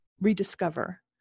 rediscover